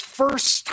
first